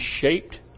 shaped